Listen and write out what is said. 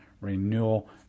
renewal